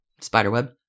spiderweb